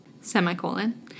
semicolon